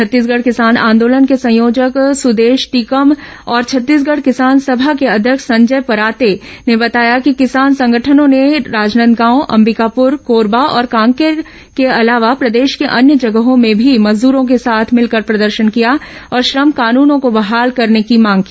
छत्तीसगढ़ किसान आंदोलन के संयोजक सुदेश टीकम और छत्तीसगढ़ किसान सभा के अध्यक्ष संजय पराते ने बताया कि किसान संगठनों ने राजनांदगांव अंबिकापुर कोरबा और कांकेर के अलावा प्रदेश के अन्य जगहों में भी मजदरों के साथ मिलकर प्रदर्शन किया और श्रम कानूनों को बहाल करने की मांग की